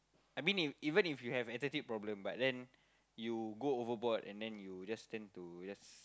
I mean if even if you have attitude problem but then you go overboard and then you just tend to just